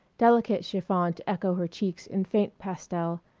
delicate chiffon to echo her cheeks in faint pastel,